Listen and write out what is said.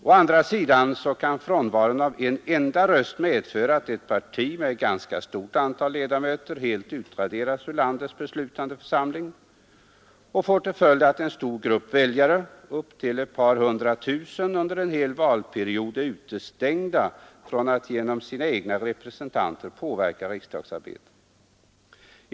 Å andra sidan kan frånvaron av en enda röst medföra att ett parti med ett ganska stort antal ledamöter helt utraderas ur landets beslutande församling, vilket allså får till följd att en stor grupp väljare — upp till ett par hundra tusen — under en hel valperiod utestängs från att genom sina egna representanter ' påverka riksdagsarbetet.